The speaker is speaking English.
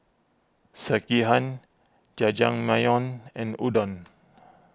Sekihan Jajangmyeon and Udon